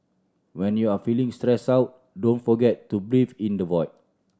when you are feeling stressed out don't forget to breathe in the void